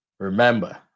Remember